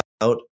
out